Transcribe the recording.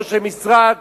או במשרד